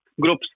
groups